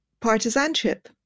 partisanship